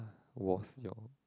was your